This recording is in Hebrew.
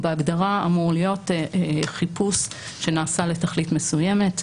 הוא בהגדרה אמור להיות חיפוש שנעשה לתכלית מסוימת,